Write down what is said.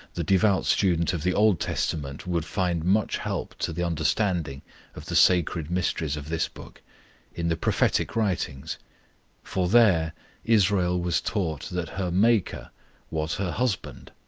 the devout student of the old testament would find much help to the understanding of the sacred mysteries of this book in the prophetic writings for there israel was taught that her maker was her husband.